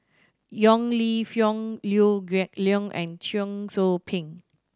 Yong Lew Foong Liew Geok Leong and Cheong Soo Pieng